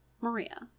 Maria